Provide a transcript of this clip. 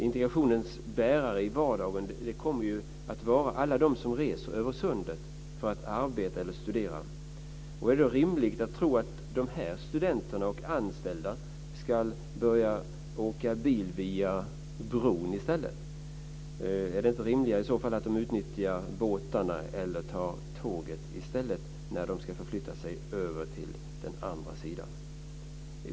Integrationens bärare i vardagen kommer att vara alla de som reser över sundet för att arbeta eller studera. Är det rimligt att tro att studenter och anställda ska åka bil över bron? Är det inte rimligare att de utnyttjar båtarna eller tar tåget när de ska förflytta sig över till andra sidan?